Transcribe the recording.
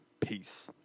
Peace